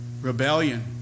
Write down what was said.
rebellion